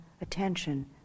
attention